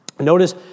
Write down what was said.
Notice